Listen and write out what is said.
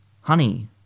Honey